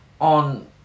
on